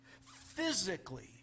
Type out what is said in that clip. physically